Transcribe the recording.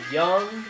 young